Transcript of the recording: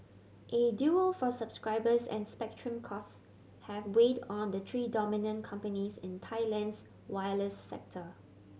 a duel for subscribers and spectrum costs have weighed on the three dominant companies in Thailand's wireless sector